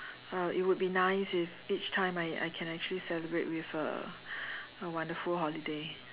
uh it would be nice if each time I I can actually celebrate with a a wonderful holiday